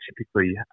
typically